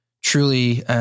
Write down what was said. truly